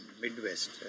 Midwest